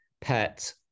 pet